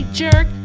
jerk